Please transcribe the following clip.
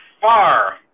far